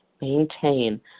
maintain